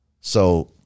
So-